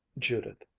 judith,